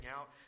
out